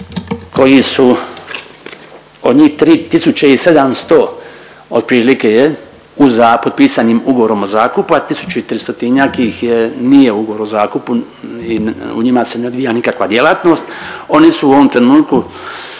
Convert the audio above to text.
koji su od njih 3.700 otprilike je u za…, potpisanim ugovorom o zakupu, a tisuću i 300-tinjak ih je, nije ugovor o zakupu i u njima se ne odvija nikakva djelatnost. Oni su u ovom trenutku,